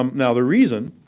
um now, the reason